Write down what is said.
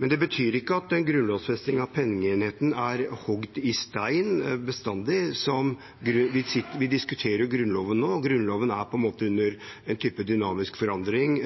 Men det betyr ikke at en grunnlovfesting av pengeenheten er hogd i stein bestandig. Vi diskuterer jo Grunnloven nå, og Grunnloven er på en måte under dynamisk forandring